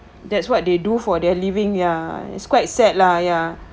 that's what they do for their living ya it's quite sad lah ya